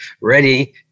ready